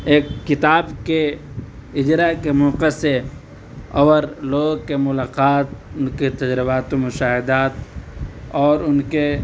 ایک کتاب کے اجراء کے موقع سے اور لوگوں کے ملاقات کے تجربات و مشاہدات اور ان کے